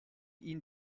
ihn